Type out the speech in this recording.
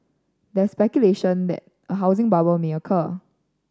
there is speculation that a housing bubble may occur